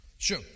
Sure